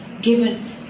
given